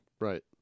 Right